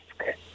Okay